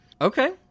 Okay